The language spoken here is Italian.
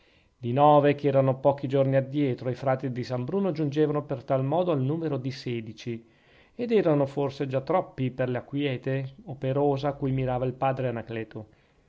di nove che erano pochi giorni addietro i frati di san bruno giungevano per tal modo al numero di sedici ed erano forse già troppi per la quiete operosa a cui mirava il padre anacleto